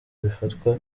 bifatwa